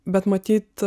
bet matyt